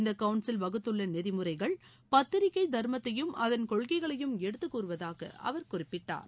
இந்த கவுன்சில் வகுத்துள்ள நெறிமுறைகள் பத்திரிகை தா்மத்தையும் அதன் கொள்கைகளையும் எடுத்து கூறுவதாக அவர் குறிப்பிட்டார்